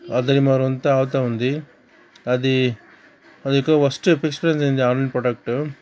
అదే మరి అంతా అవుతూ ఉంది అది అది ఇక వరస్ట్ ఎక్స్పీరియన్స్ అయ్యింది ఆన్లైన్ ప్రోడక్ట్